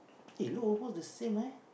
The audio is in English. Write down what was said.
they look almost the same leh